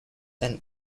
and